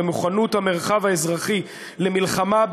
במוכנות המרחב האזרחי למלחמה,